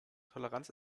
toleranz